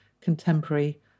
contemporary